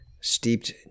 steeped